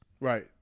right